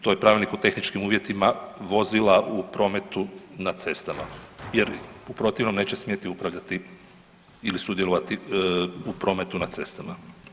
To je Pravilnik o tehničkim uvjetima vozila u prometu na cestama, jer u protivnom neće smjeti upravljati ili sudjelovati u prometu na cestama.